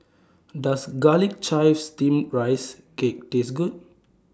Does Garlic Chives Steamed Rice Cake Taste Good